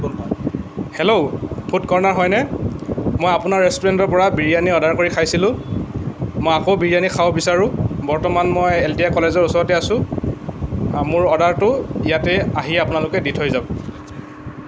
hello food corner হয়নে মই আপোনাৰ ৰেষ্টুৰেণ্টৰ পৰা বিৰীয়ানি অৰ্ডাৰ কৰি খাইছিলোঁ মই আকৌ বিৰীয়ানি খাব বিচাৰোঁ বৰ্তমান মই এলটিআই কলেজৰ ওচৰতে আছোঁ মোৰ অৰ্ডাৰটো ইয়াতে আহি আপোনালোকে দি থৈ যাওক